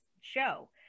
show